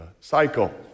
cycle